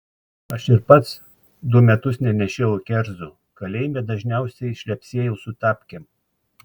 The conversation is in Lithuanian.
aš ir pats du metus nenešiojau kerzų kalėjime dažniausiai šlepsėjau su tapkėm